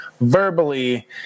Verbally